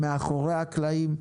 מאחורי הקלעים,